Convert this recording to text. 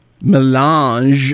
melange